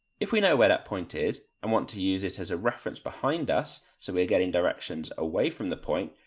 if we know where that point is and want to use it as a reference behind us, so we are getting directions away from the point,